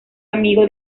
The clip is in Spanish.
amigo